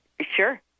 Sure